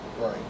Right